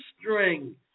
string